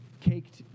caked